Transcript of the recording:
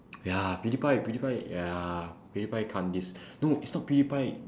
ya pewdiepie pewdiepie ya pewdiepie can't diss no it's not pewdiepie